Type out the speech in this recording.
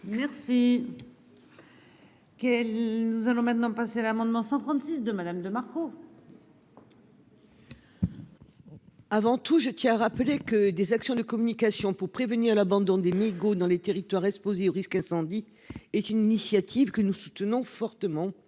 Merci. Nous allons maintenant passer l'amendement 136 de Madame de Marco. Avant tout, je tiens à rappeler que des actions de communication pour prévenir l'abandon des mégots dans les territoires exposés au risque d'incendie est une initiative que nous soutenons fortement